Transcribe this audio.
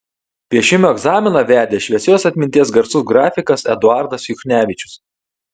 piešimo egzaminą vedė šviesios atminties garsus grafikas eduardas juchnevičius